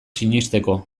sinesteko